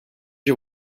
you